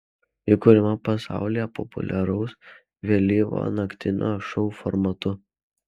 ji kuriama pasaulyje populiaraus vėlyvo naktinio šou formatu